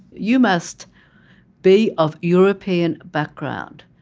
you must be of european background.